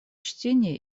чтение